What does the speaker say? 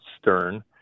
stern